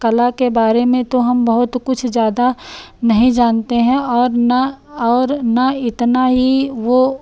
कला के बारे में तो हम बहुत कुछ ज़्यादा नहीं जानते हैं और न और न इतना ही वह